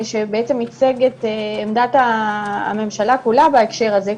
שייצג את עמדת הממשלה כולה בהקשר הזה,